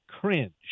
cringe